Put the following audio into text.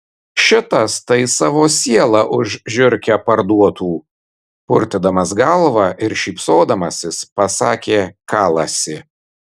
šitas tai savo sielą už žiurkę parduotų purtydamas galvą ir šypsodamasis pasakė kalasi